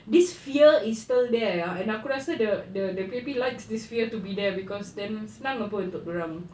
this fear is still there ah and aku rasa the the the P_A_P likes this fear to be there cause then senang apa untuk dia orang